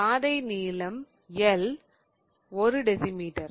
பாதை நீளம் l 1 decimetre